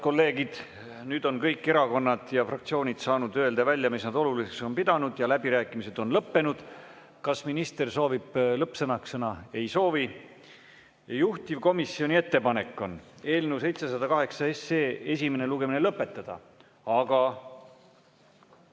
kolleegid! Nüüd on kõik erakonnad ja fraktsioonid saanud öelda välja, mis nad oluliseks on pidanud, ja läbirääkimised on lõppenud. Kas minister soovib lõppsõnaks sõna? Ei soovi. Juhtivkomisjoni ettepanek on eelnõu 708 esimene lugemine lõpetada, aga